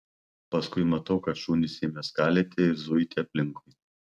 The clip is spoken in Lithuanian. paskui matau kad šunys ėmė skalyti ir zuiti aplinkui